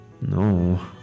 No